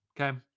Okay